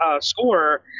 scorer